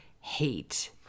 hate